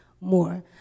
more